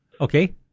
Okay